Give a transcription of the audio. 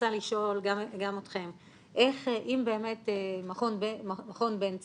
גם אתכם, אם באמת מכון בן צבי,